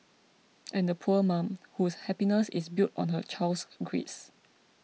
and the poor mum whose happiness is built on her child's grades